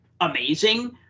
amazing